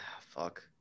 fuck